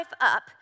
up